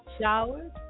showers